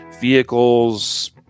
vehicles